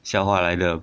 笑话来的